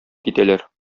китәләр